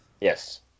Yes